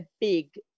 big